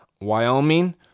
Wyoming